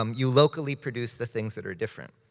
um you locally produce the things that are different.